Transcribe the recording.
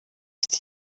afite